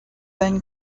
then